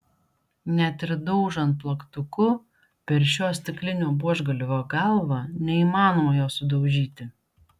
net ir daužant plaktuku per šio stiklinio buožgalvio galvą neįmanoma jo sudaužyti